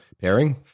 pairing